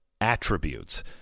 attributes